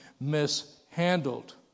mishandled